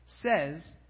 says